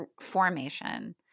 formation